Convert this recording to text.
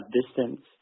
distance